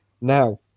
Now